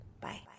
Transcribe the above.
Bye